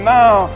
now